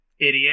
idiot